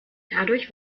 dadurch